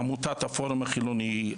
עמותת הפורום החילוני,